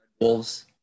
Wolves